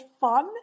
fun